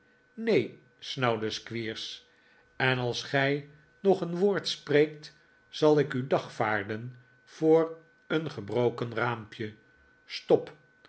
neen snauwde squeers en als gij nog een woord spreekt zal ik u dagvaarden voor een gebroken raampje stop